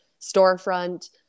storefront